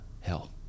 hell